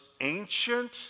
ancient